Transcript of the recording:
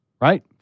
right